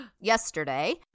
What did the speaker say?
yesterday